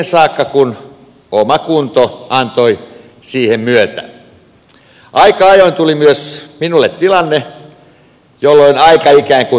aika ajoin tuli myös minulle tilanne jolloin aika ikään kuin palasi taaksepäin